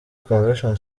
convention